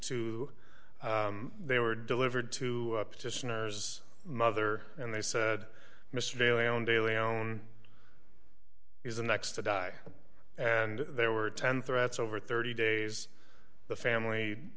two they were delivered to petitioners mother and they said mr daly on daily own is the next to die and there were ten threats over thirty days the family